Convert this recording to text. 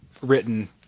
written